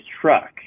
truck